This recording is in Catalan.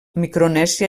micronèsia